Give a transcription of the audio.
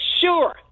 sure